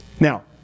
Now